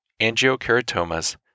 angiokeratomas